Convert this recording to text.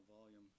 volume